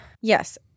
Yes